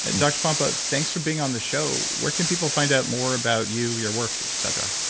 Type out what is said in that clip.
and doctor pompa, thanks for being on this show. where can people find out more about you, your work, et cetera?